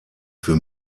für